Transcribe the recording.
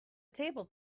table